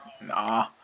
Nah